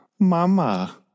Mama